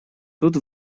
тут